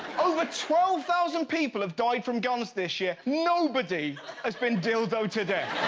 over twelve thousand people have died from guns this year, nobody has been dildoed to death.